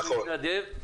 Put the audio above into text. נכון.